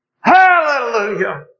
Hallelujah